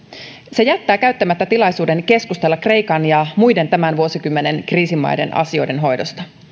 se jättää käyttämättä tilaisuuden keskustella kreikan ja muiden tämän vuosikymmenen kriisimaiden asioiden hoidosta